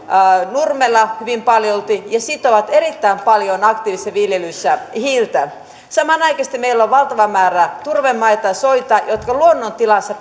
nurmella hyvin paljolti ja sitovat erittäin paljon aktiivisessa viljelyssä hiiltä samanaikaisesti meillä on valtava määrä turvemaita ja soita jotka luonnontilassa